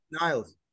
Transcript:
Niles